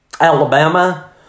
Alabama